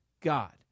God